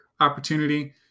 opportunity